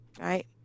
right